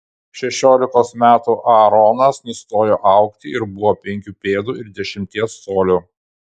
šešiolikos metų aaronas nustojo augti ir buvo penkių pėdų ir dešimties colių